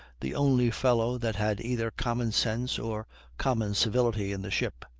the only fellow that had either common sense or common civility in the ship.